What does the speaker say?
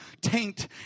taint